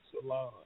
salon